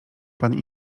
pan